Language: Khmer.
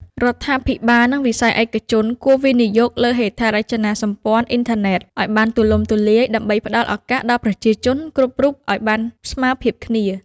រដ្ឋាភិបាល និងវិស័យឯកជនគួរ វិនិយោគលើហេដ្ឋារចនាសម្ព័ន្ធអ៊ីនធឺណិត ឱ្យបានទូលំទូលាយដើម្បីផ្តល់ឱកាសដល់ប្រជាជនគ្រប់រូបឱ្យបានស្មើភាពគ្នា។